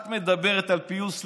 את מדברת על פיוס לאומי?